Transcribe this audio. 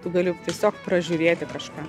tu gali tiesiog pražiūrėti kažką